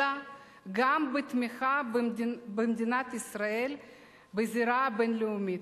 אלא גם בתמיכה במדינת ישראל בזירה הבין-לאומית.